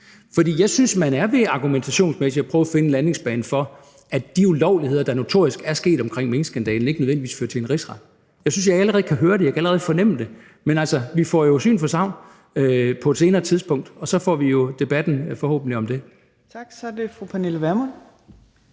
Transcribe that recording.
For jeg synes, at man argumentationsmæssigt er ved at prøve at finde en landingsbane, i forhold til at de ulovligheder, der notorisk har fundet sted i forbindelse med minkskandalen, ikke nødvendigvis fører til en rigsret. Jeg synes, at jeg allerede kan høre det. Jeg kan allerede fornemme det. Men vi får jo syn for sagn på et senere tidspunkt, og så får vi forhåbentlig debatten om det. Kl. 11:38 Fjerde